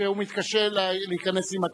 שמתקשה להיכנס עם הכיסא.